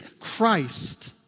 Christ